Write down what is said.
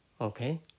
okay